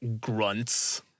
grunts